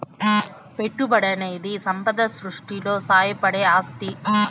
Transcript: పెట్టుబడనేది సంపద సృష్టిలో సాయపడే ఆస్తి